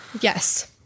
Yes